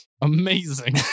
Amazing